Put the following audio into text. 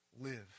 live